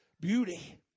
Beauty